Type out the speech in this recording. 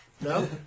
No